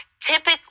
typically